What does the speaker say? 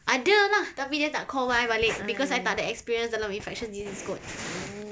ada lah tapi dia tak call I balik because I tak ada experience dalam infectious disease kot